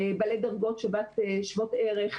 בעלי דרגות שוות ערך,